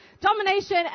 domination